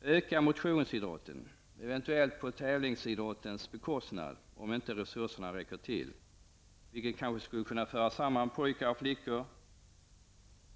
Vi vill öka motionsidrotten, eventuellt på tävlingsidrottens bekostnad, om inte resurserna räcker till, vilket kanske skulle kunna föra samman pojkar och flickor,